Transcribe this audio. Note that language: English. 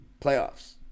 Playoffs